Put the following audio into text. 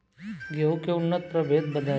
गेंहू के उन्नत प्रभेद बताई?